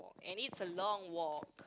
and it's a long walk